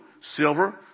silver